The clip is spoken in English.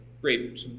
great